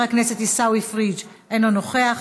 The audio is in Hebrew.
חבר הכנסת עיסאווי פריג' אינו נוכח.